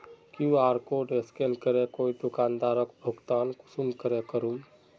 QR code scan करे कोई दुकानदारोक भुगतान कुंसम करे करूम?